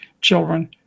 children